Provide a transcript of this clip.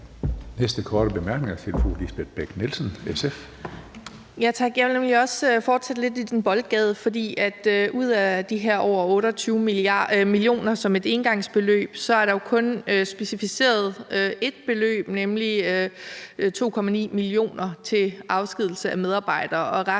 nemlig også fortsætte lidt i den boldgade. For ud af de her over 28 mio. kr. som et engangsbeløb, er der jo kun specificeret ét beløb, nemlig 2,9 mio. kr. til afskedigelse af medarbejdere, og resten